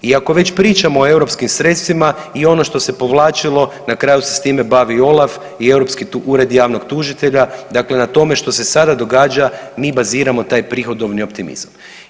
I ako već pričamo o europskim sredstvima i ono što se povlačilo na kraju se s time bavi OLAF i Europski ured javnog tužitelja, dakle na tome što se sada događa mi baziramo taj prihodovni optimizam.